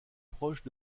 proches